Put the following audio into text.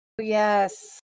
yes